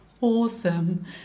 awesome